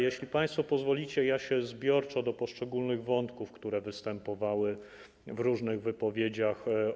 Jeśli państwo pozwolicie, odniosę się zbiorczo do poszczególnych wątków, które występowały w różnych wypowiedziach.